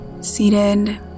Seated